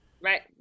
right